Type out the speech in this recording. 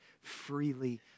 freely